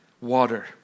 water